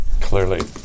Clearly